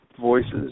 voices